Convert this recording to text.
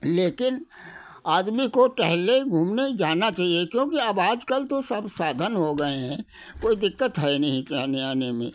लेकिन आदमी को टहलने घूमने जाना चाहिए क्योंकि अब आज कल तो सब साधन हो गए हैं तो कोई दिक्कत है नहीं जाने आने में